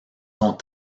sont